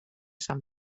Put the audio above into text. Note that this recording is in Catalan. sant